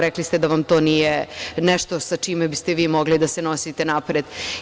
Rekli ste da vam to nije nešto sa čime biste vi mogli da se nosite napred.